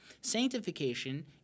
Sanctification